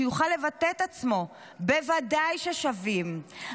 שיוכל לבטא את עצמו" בוודאי ששווים,